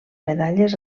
medalles